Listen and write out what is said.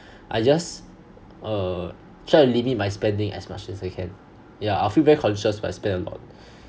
I just err try to limit my spending as much as I can yeah I feel very conscious if I spend a lot